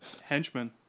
Henchman